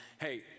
hey